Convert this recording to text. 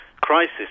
crisis